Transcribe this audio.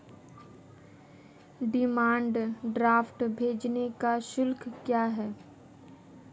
Demand draft भेजने का शुल्क क्या है?